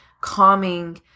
calming